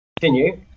Continue